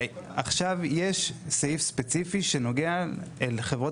עכשיו יש סעיף ספציפי שנוגע אל חברות